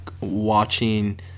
watching